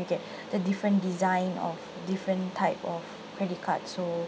you get the different design or different type of credit cards so